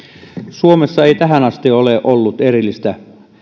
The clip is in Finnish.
suomessa ei tähän asti ole ollut erillistä